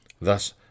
Thus